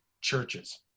churches